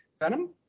Venom